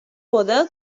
poder